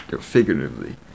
figuratively